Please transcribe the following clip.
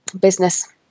business